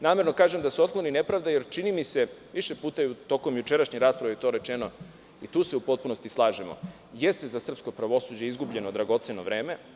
Namerno kažem da se otkloni nepravda, jer mi se čini, više puta je tokom jučerašnje rasprave to rečeno, tu se u potpunosti slažemo, jeste za srpsko pravosuđe izgubljeno dragoceno vreme.